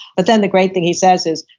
but then the great thing he says is,